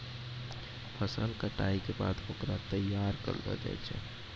फसल कटाई के बाद होकरा तैयार करलो जाय छै